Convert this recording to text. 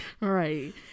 Right